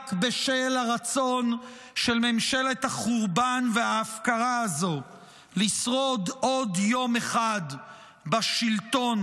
רק בשל הרצון של ממשלת החורבן וההפקרה הזו לשרוד עוד יום אחד בשלטון,